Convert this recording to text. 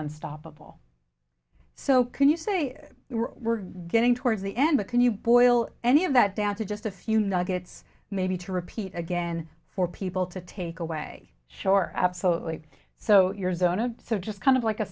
on stoppable so can you say we're getting towards the end but can you boil any of that down to just a few nuggets maybe to repeat again for people to take away sure absolutely so you're zona so just kind of like a